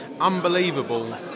unbelievable